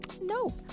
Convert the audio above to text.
No